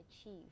achieve